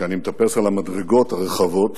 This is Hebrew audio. וכשאני מטפס על המדרגות הרחבות